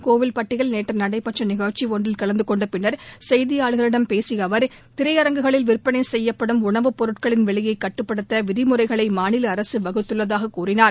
கோவில்பட்டியில் நேற்று நடைபெற்ற நிகழ்ச்சி ஒன்றில் கலந்து கொண்ட பின்னர் செய்தியாளர்களிடம் பேசிய அவர் திரையரங்குகளில் விற்பனை செய்யப்படும் உணவுப் பொருட்களின் விலையைக் கட்டுப்படுத்த விதிமுறைகளை மாநில அரசு வகுத்துள்ளதாக கூறினார்